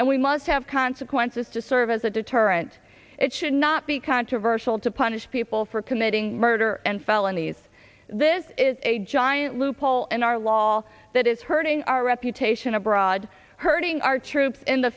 and we must have consequences to serve as a deterrent it should not be controversial to punish people for committing murder and felonies this is a giant loophole and our law that is hurting our reputation abroad hurting our troops in the